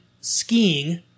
skiing